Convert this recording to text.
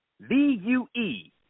V-U-E